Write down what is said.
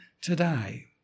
today